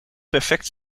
perfect